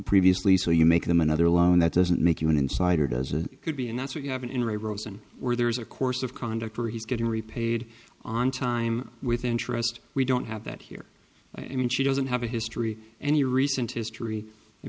previously so you make them another loan that doesn't make you an insider does it could be and that's what you have an erosion where there is a course of conduct where he's getting repaid on time with interest we don't have that here i mean she doesn't have a history and the recent history i